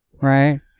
Right